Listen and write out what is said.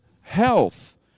health